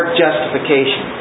justification